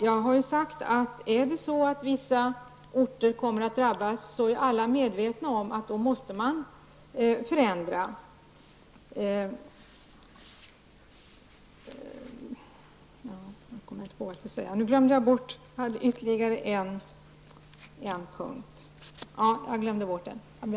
Jag har sagt att alla är medvetna om att man måste göra förändringar, om vissa orter kommer att drabbas.